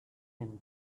him